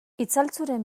itzaltzuren